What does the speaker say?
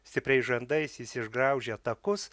stipriais žandais jis išgraužia takus